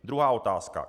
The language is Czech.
Druhá otázka.